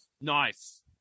Nice